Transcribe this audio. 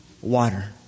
water